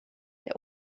der